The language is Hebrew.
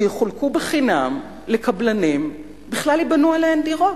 שיחולקו בחינם לקבלנים, בכלל ייבנו דירות?